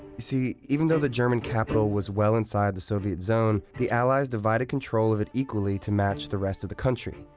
see, even though the german capital was well inside the soviet zone, the allies divided control of it equally to match the rest of the country.